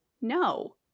no